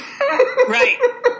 Right